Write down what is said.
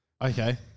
Okay